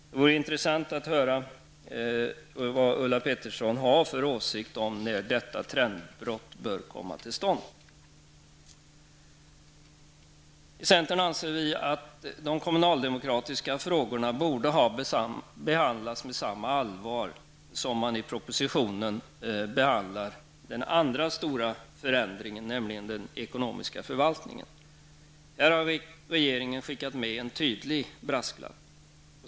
Det vore intressant att höra Ulla Petterssons åsikt om när detta trendbrott bör komma till stånd. Vi i centern anser att de kommunaldemokratiska frågorna i propositionen borde ha behandlats med samma allvar som den andra stora förändringen, nämligen den ekonomiska förvaltningen. Här har regeringen skickat med en tydlig brasklapp.